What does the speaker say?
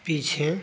पीछे